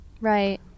Right